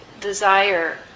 desire